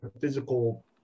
physical